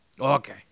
Okay